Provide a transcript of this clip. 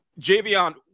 Javion